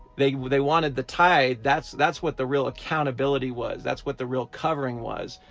they they wanted the tithe. that's that's what the real accountability was. that's what the real covering was,